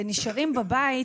ונשארים בבית,